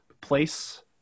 place